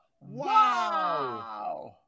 wow